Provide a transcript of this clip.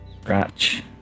Scratch